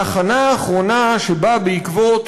בתחנה האחרונה שבה בעקבות